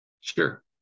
Sure